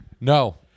No